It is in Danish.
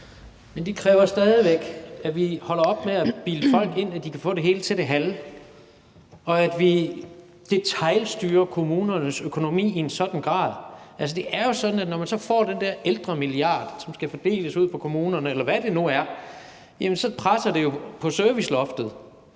Men det kræver stadig væk, at vi holder op med at bilde folk ind, at de kan få det hele til det halve, og at vi detailstyrer kommunernes økonomi i en sådan grad. Altså, det er sådan, at når man så får den der ældremilliard, som skal fordeles ud på kommunerne, eller hvad det nu er, så presser det på serviceloftet,